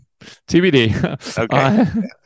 TBD